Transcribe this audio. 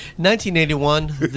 1981